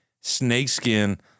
snakeskin